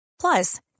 Plus